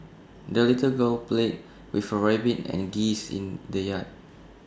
the little girl played with her rabbit and geese in the yard